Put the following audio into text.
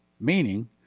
meaning